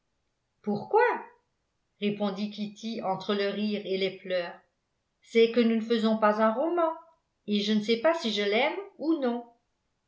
pourquoi répondit kitty entre le rire et les pleurs c'est que nous ne faisons pas un roman et je ne sais pas si je l'aime ou non